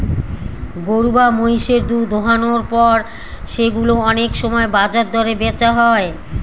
গরু বা মহিষের দুধ দোহানোর পর সেগুলো অনেক সময় বাজার দরে বেচা হয়